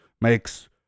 makes